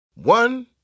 One